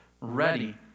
ready